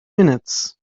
minutes